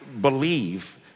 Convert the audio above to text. believe